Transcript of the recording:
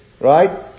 Right